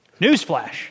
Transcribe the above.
Newsflash